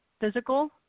physical